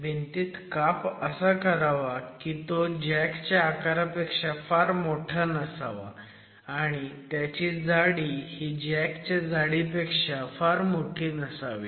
भिंतीत काप असा करावा की तो जॅक च्या आकारापेक्षा फार मोठा नसावा आणि त्याची जाडी ही जॅक च्या जाडीपेक्षा फार मोठी नसावी